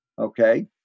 Okay